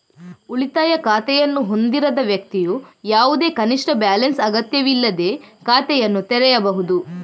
ಉಳಿತಾಯ ಖಾತೆಯನ್ನು ಹೊಂದಿರದ ವ್ಯಕ್ತಿಯು ಯಾವುದೇ ಕನಿಷ್ಠ ಬ್ಯಾಲೆನ್ಸ್ ಅಗತ್ಯವಿಲ್ಲದೇ ಖಾತೆಯನ್ನು ತೆರೆಯಬಹುದು